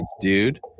dude